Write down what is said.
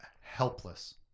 helpless